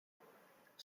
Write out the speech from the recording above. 大学